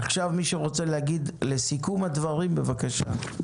מי שרוצה להגיד לסיכום הדברים, בבקשה.